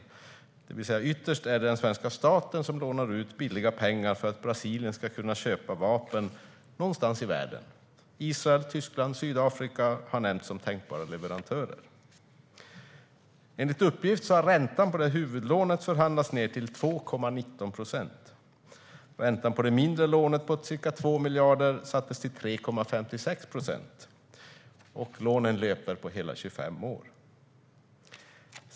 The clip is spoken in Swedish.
Det vill säga att ytterst är det den svenska staten som lånar ut billiga pengar för att Brasilien ska kunna köpa vapen någonstans i världen. Israel, Tyskland och Sydafrika har nämnts som tänkbara leverantörer. Enligt uppgift har räntan på huvudlånet förhandlats ned till 2,19 procent. Räntan på det mindre lånet på ca 2 miljarder sattes till 3,56 procent. Lånen löper på hela 25 år.